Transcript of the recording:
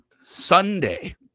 Sunday